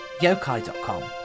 yokai.com